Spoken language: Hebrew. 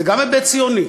זה גם היבט ציוני.